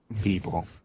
People